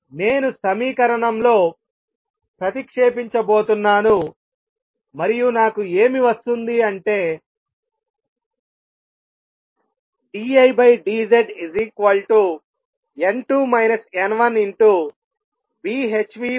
నేను సమీకరణంలో ప్రతిక్షేపించబోతున్నాను మరియు నాకు ఏమి వస్తుంది అంటే d I d Z n2 n1BhνcI